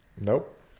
Nope